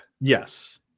Yes